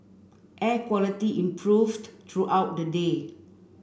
air quality improved throughout the day